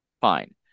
fine